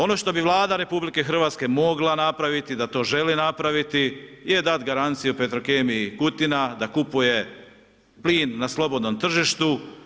Ono što bi Vlada RH mogla napraviti, da to želi napraviti, je dati garanciju Petrokemiji Kutina, da kupuje plin na slobodnom tržištu.